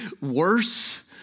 worse